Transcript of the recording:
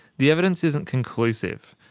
the evidence isn't conclusive.